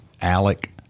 Alec